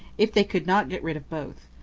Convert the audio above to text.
if they could not get rid of both.